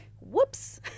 Whoops